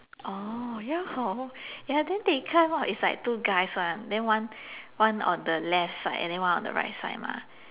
oh ya hor ya then they climb up is like two guys [one] then one one on the left side and then one on the right side mah